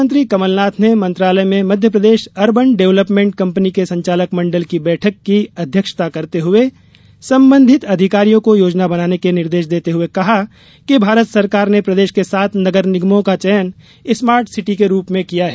मुख्यमंत्री कमल नाथ ने मंत्रालय में मध्यप्रदेश अर्बन डेव्हलपमेंट कंपनी के संचालक मंडल की बैठक की अध्यक्षता करते हुए संबंधित अधिकारियों को योजना बनाने के निर्देश देते हुए कहा कि भारत सरकार ने प्रदेश के सात नगर निगमों का चयन स्मार्ट सिटी के रूप में किया है